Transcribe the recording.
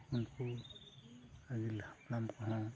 ᱩᱱᱠᱩ ᱟᱹᱜᱤᱞ ᱦᱟᱯᱲᱟᱢ ᱠᱚᱦᱚᱸ